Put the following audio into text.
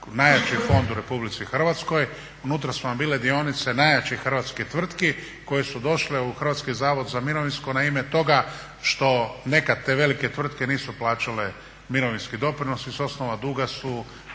najjači fond u RH. Unutra su vam bile dionice najjače hrvatskih tvrtki koje su došle u HZMO u ime toga što nekad te velike tvrtke nisu plaćale mirovinski doprinos i s osnova duga su